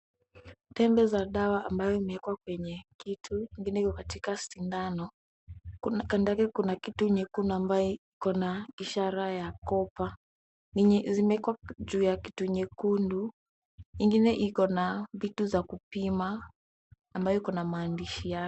Tembe za dawa ambazo zimewekwa kwenye kitu; engine iko katika sindano. Kando yake kuna kitu ambacho kiko na ishara ya copper, zimewekwa juu ya kitu nyekundu. Ingine iko na vitu za kupima ambayo iko na maandishi yake.